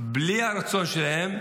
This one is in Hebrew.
בלי הרצון שלהם,